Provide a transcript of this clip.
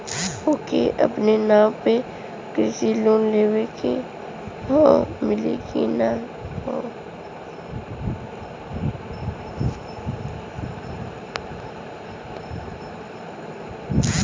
ओके अपने नाव पे कृषि लोन लेवे के हव मिली की ना ही?